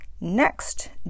Next